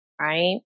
right